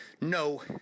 no